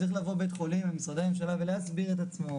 צריך לבוא בית חולים למשרדי הממשלה ולהסביר את עצמו